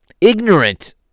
ignorant